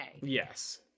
yes